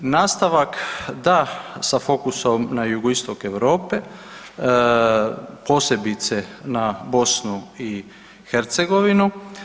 Nastavak da sa fokusom na jugoistok Europe posebice na Bosnu i Hercegovinu.